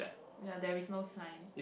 ya there is not sign